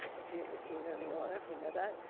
if you if you know me well enough, you know that.